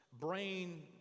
brain